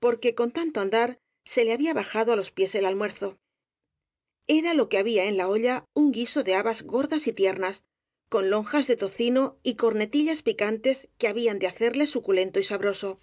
porque con tanto andar se le había bajado á los pies el almuerzo era lo que había en la olla un guiso de habas gordas y tiernas con lonjas de tocino y cornetillas picantes que habían de hacerle suculento y sabroso